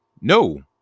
no